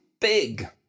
big